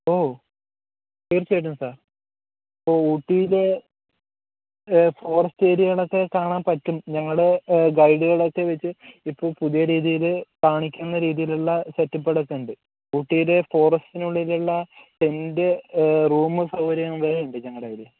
ഓ തീർച്ചയായിട്ടും സർ ഇപ്പോൾ ഊട്ടിയിൽ ഫോറെസ്റ്റ് ഏരിയകളൊക്കെ കാണാൻ പറ്റും ഞങ്ങൾ ഗൈഡ്സുകളൊക്കെ വച്ച് ഇപ്പോൾ പുതിയ രീതിയിൽ കാണിക്കുന്ന രീതിയിലുള്ള സെറ്റപ്പുകൾ ഒക്കെ ഉണ്ട് ഊട്ടിയിൽ ഫോറെസ്റ്റിനു ഉള്ളിലുള്ള റ്റെൻ്റ് റൂം സൗകര്യങ്ങൾ ഉണ്ട് ഞങ്ങളുടെ കയ്യിൽ